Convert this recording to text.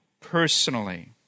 personally